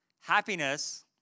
Happiness